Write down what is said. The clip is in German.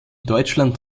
deutschland